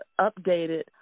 updated